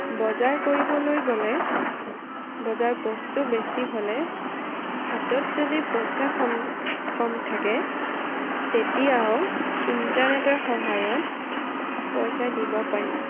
বজাৰ কৰিবলৈ গ'লে বজাৰৰ বস্তু বেছি হ'লে হাতত যদি পইচা খম কম থাকে তেতিয়াও ইণ্টাৰনেটৰ সহায়ত পইচা দিব পাৰি